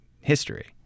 history